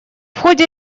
ходе